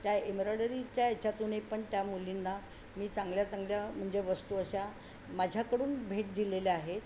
त्या एम्ब्रॉयडरी त्या याच्यातूनही पण त्या मुलींना मी चांगल्या चांगल्या म्हणजे वस्तू अशा माझ्याकडून भेट दिलेल्या आहेत